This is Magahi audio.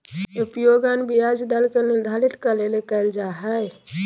उपयोग अन्य ब्याज दर के निर्धारित करे ले कइल जा हइ